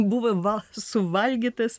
buvo val suvalgytas